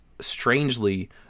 strangely